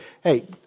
hey